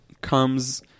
comes